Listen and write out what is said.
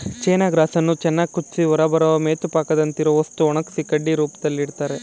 ಚೈನ ಗ್ರಾಸನ್ನು ಚೆನ್ನಾಗ್ ಕುದ್ಸಿ ಹೊರಬರೋ ಮೆತುಪಾಕದಂತಿರೊ ವಸ್ತುನ ಒಣಗ್ಸಿ ಕಡ್ಡಿ ರೂಪ್ದಲ್ಲಿಡ್ತರೆ